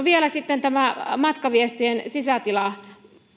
vielä sitten tämä matkaviestimien sisätilakuuluvuus